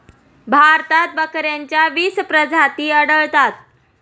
भारतात बकऱ्यांच्या वीस प्रजाती आढळतात